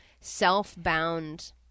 self-bound